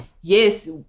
yes